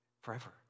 Forever